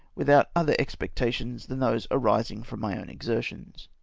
without other expec tations than those arising from my own exertions.